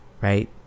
right